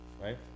right